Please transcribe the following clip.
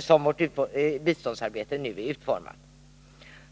som vårt biståndsarbete nu är utformat försvårar vi landets situation ytterligare.